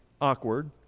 awkward